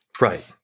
Right